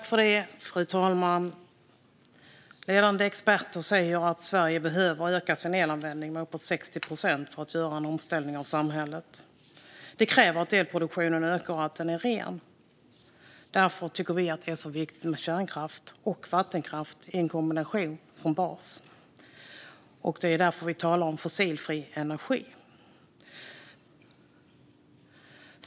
Fru talman! Ledande experter säger att Sverige behöver öka sin elanvändning med uppåt 60 procent för att göra en omställning av samhället. Det kräver att elproduktionen ökar och att den är ren. Därför tycker vi att det är viktigt med kärnkraft och vattenkraft i kombination som bas. Det är också därför vi talar om fossilfri energi.